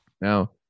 Now